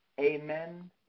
Amen